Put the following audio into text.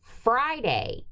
Friday